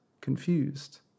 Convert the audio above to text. confused